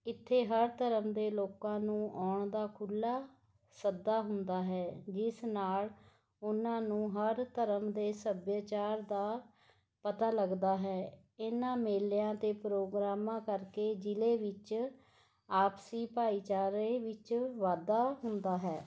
ਇੱਥੇ ਹਰ ਧਰਮ ਦੇ ਲੋਕਾਂ ਨੂੰ ਆਉਣ ਦਾ ਖੁੱਲ੍ਹਾ ਸੱਦਾ ਹੁੰਦਾ ਹੈ ਜਿਸ ਨਾਲ਼ ਉਨ੍ਹਾਂ ਨੂੰ ਹਰ ਧਰਮ ਦੇ ਸੱਭਿਆਚਾਰ ਦਾ ਪਤਾ ਲੱਗਦਾ ਹੈ ਇਨ੍ਹਾਂ ਮੇਲਿਆਂ ਅਤੇ ਪ੍ਰੋਗਰਾਮਾਂ ਕਰਕੇ ਜ਼ਿਲ੍ਹੇ ਵਿੱਚ ਆਪਸੀ ਭਾਈਚਾਰੇ ਵਿੱਚ ਵਾਧਾ ਹੁੰਦਾ ਹੈ